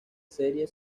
serie